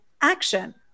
action